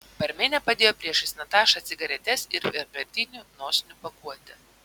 barmenė padėjo priešais natašą cigaretes ir vienkartinių nosinių pakuotę